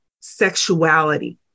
sexuality